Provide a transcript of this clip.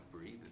breathe